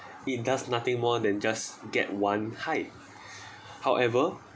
it does nothing more than just get one high however